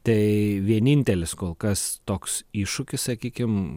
tai vienintelis kol kas toks iššūkis sakykim